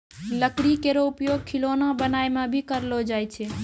लकड़ी केरो उपयोग खिलौना बनाय म भी करलो जाय छै